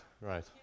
right